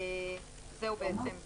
זה הסעיף האחרון להיום.